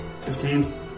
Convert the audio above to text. fifteen